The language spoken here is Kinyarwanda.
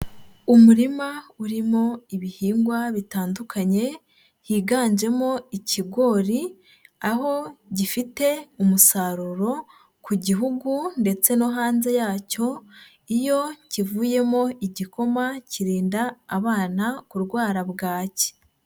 Umurima urimo ibihingwa bitandukanye. Higanjemo ikigori, aho gifite umusaruro ku gihugu ndetse no hanze yacyo. Iyo kivuyemo igikoma kirinda abana kurwara bwake.